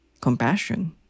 Compassion